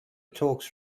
talks